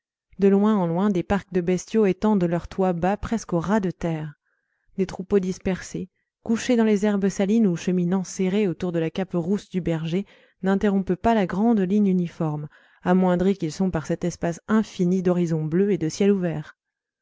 de loin en loin des parcs de bestiaux étendent leurs toits bas presque au ras de terre des troupeaux dispersés couchés dans les herbes salines ou cheminant serrés autour de la cape rousse du berger n'interrompent pas la grande ligne uniforme amoindris qu'ils sont par cet espace infini d'horizons bleus et de ciel ouvert